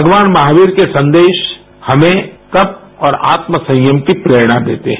भगवान महावीर के सन्देश हमें तप और आत्म संयम की प्रेरणा देते हैं